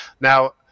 Now